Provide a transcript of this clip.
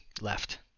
left